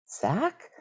Zach